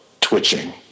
twitching